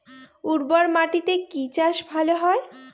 উর্বর মাটিতে কি চাষ ভালো হয়?